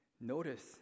Notice